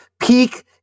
peak